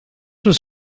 was